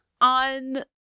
on